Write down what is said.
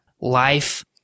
life